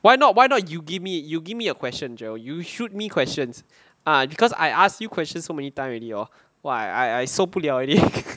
why not why not you give me you give me a question jarrell you shoot me questions ah because I ask you question so many time already hor !wah! I I 受不了 already